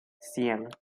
семь